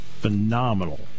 phenomenal